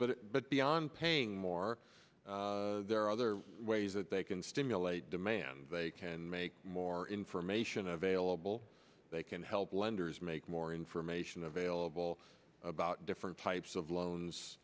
but but beyond paying more there are other ways that they can stimulate demand they can make more information available they can help lenders make more information available about different types of loans